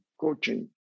coaching